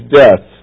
death